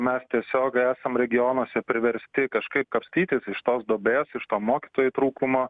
mes tiesiog esam regionuose priversti kažkaip kapstytis iš tos duobės iš to mokytojų trūkumo